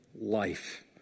life